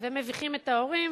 ומביכים את ההורים,